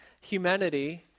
humanity